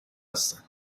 هستن